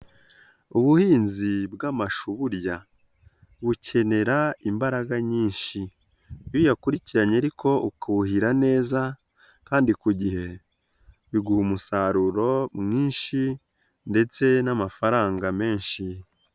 Ubuhinzi bw'amashuri burya bukenera imbaraga nyinshi, iyo uyakurikiranye ariko ukuhira neza kandi ku gihe, biguha umusaruro mwinshi ndetse n'amafaranga menshi.